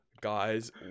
Guys